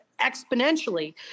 exponentially